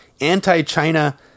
anti-China